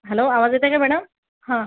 hello आवाज येतंय का मॅडम हा